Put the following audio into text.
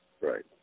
right